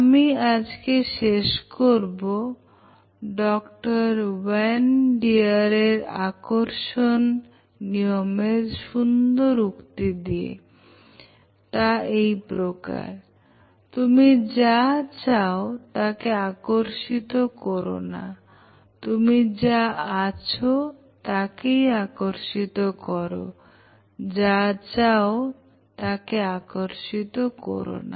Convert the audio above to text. আমি আজকে শেষ করব Dr Wayna Dier এর আকর্ষণ নিয়মের সুন্দর উক্তি দিয়ে তা এই প্রকার তুমি যা চাও তাকে আকর্ষিত করোনা তুমি যা আছো তাকেই আকর্ষিত করো যা চাও তাকে আকর্ষিত করো না